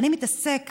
אני מתעסק